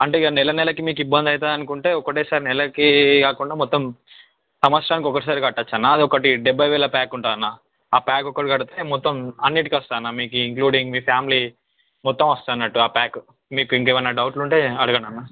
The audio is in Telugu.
అంటే ఇక నెల నెలకి మీకు ఇబ్బంది అవుతుంది అనుకుంటే ఒకటే సారి నెలకి కాకుండా మొత్తం సంవత్సరానికి ఒకసారి కట్టచ్చు అన్న అది ఒకటి డెబ్బైవేల ప్యాక్ ఉంటుంది అన్న ఆ ప్యాక్ ఒక్కటి కడితే మొత్తం అన్నిటికి వస్తుంది అన్న మికి ఇంక్లూడింగ్ మీ ఫ్యామిలీ మొత్తం వస్తుంది అన్నట్టు ఆ ప్యాక్ మీకు ఇంకా ఏమన్నా డౌట్లుంటే అడగండి అన్న